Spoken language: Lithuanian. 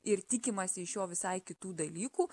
ir tikimasi iš jo visai kitų dalykų